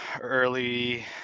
early